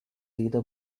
either